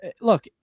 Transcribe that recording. Look